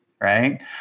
Right